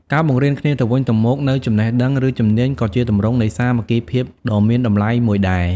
ការបង្រៀនគ្នាទៅវិញទៅមកនូវចំណេះដឹង ឬជំនាញក៏ជាទម្រង់នៃសាមគ្គីភាពដ៏មានតម្លៃមួយដែរ។